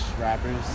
rappers